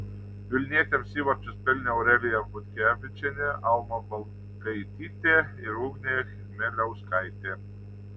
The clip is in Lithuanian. vilnietėms įvarčius pelnė aurelija butkevičienė alma balkaitytė ir ugnė chmeliauskaitė